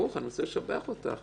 אני רוצה לשבח אותך